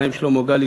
ובהם שלמה גל,